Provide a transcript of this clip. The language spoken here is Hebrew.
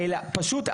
פשוט,